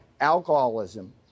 alcoholism